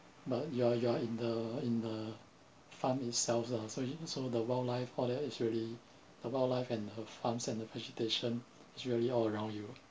but you are you are in the in the farm itself lah so you so the wildlife all that actually the wildlife and the farms and the vegetation is really all around you